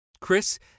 Chris